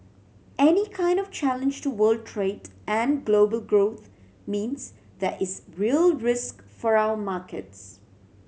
any kind of challenge to world trade and global growth means there is real risk for our markets